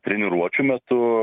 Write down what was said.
treniruočių metu